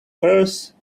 purse